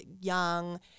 young